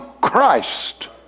Christ